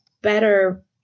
better